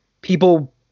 people